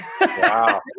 Wow